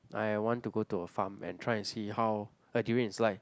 I want to go to a farm and try and see how a durian is like